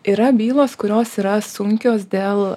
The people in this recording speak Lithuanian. yra bylos kurios yra sunkios dėl